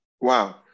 Wow